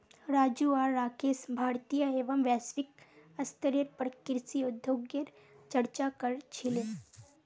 राजू आर राकेश भारतीय एवं वैश्विक स्तरेर पर कृषि उद्योगगेर चर्चा क र छीले